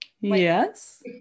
Yes